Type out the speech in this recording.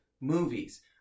movies